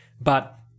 But-